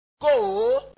go